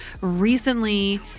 recently